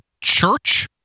church